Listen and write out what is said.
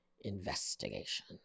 investigation